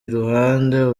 iruhande